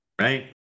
right